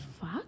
fuck